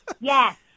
yes